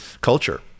culture